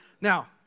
Now